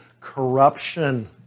corruption